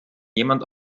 jemand